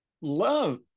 love